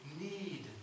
need